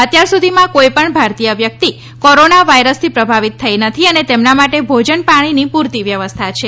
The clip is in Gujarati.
અત્યાર સુધીમાં કોઇપણ ભારતીય વ્યકિત કોરોના વાયરસથી પ્રભાવિત થઇ નથી અને તેમના માટે ભોજન પાણીની પૂરતી વ્યવસ્થા છે